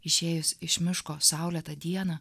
išėjus iš miško saulėtą dieną